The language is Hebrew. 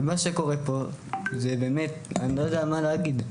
מה שקורה פה, באמת אני לא יודע מה להגיד.